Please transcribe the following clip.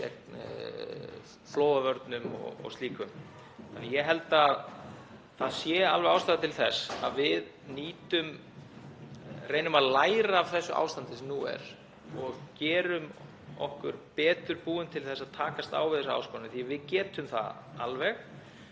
líka flóðavarnir og slíkt. Ég held að það sé alveg ástæða til þess að við reynum að læra af þessu ástandi sem nú er og að við gerum okkur betur búin til þess að takast á við þessar áskoranir því við getum það alveg